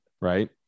Right